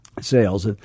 sales